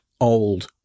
old